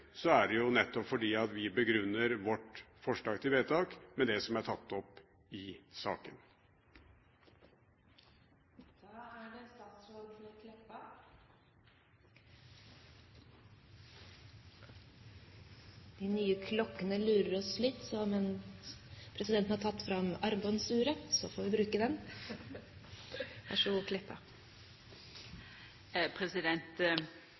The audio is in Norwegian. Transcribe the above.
er det jo nettopp fordi vi begrunner vårt forslag til vedtak med det som er tatt opp i saken. Det er mogleg at denne avslutninga byggjer på ei misforståing. Eg trur det har